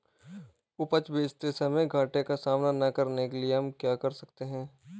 उपज बेचते समय घाटे का सामना न करने के लिए हम क्या कर सकते हैं?